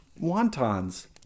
wontons